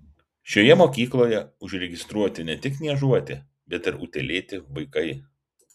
šioje mokykloje užregistruoti ne tik niežuoti bet ir utėlėti vaikai